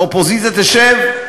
האופוזיציה תשב,